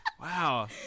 Wow